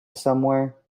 somewhere